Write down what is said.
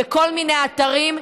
בכל מיני אתרים,